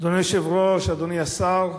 אדוני היושב-ראש, אדוני השר,